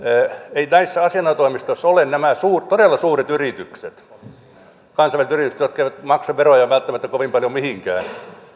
eivät näissä asianajotoimistoissa ole nämä todella suuret yritykset kansainväliset yritykset jotka eivät maksa veroja välttämättä kovin paljon mihinkään